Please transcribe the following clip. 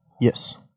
Yes